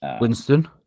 Winston